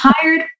tired